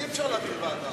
אי-אפשר להעביר ועדה.